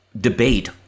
debate